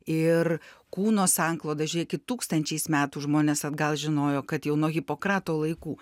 ir kūno sankloda žiūrėkit tūkstančiais metų žmonės atgal žinojo kad jau nuo hipokrato laikų